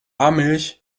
milch